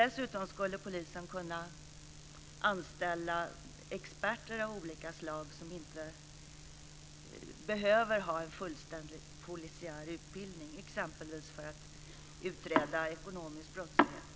Dessutom skulle polisen kunna anställa experter av olika slag som inte behöver ha en fullständig polisiär utbildning. De kan exempelvis utreda ekonomisk brottslighet.